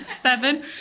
Seven